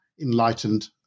enlightened